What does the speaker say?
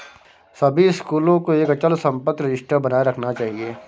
सभी स्कूलों को एक अचल संपत्ति रजिस्टर बनाए रखना चाहिए